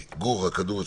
גור, הכדור אצלך.